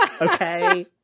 Okay